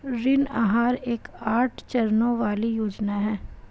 ऋण आहार एक आठ चरणों वाली योजना है